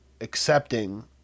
accepting